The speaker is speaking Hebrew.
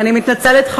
אני מתנצלת,